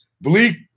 Bleak